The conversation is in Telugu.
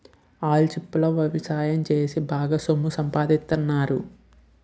ఆల్చిప్పల ఎవసాయం సేసి బాగా సొమ్ము సంపాదిత్తన్నారు